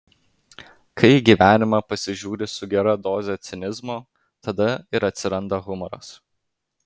kai į gyvenimą pasižiūri su gera doze cinizmo tada ir atsiranda humoras